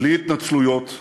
בלי התנצלויות,